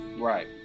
right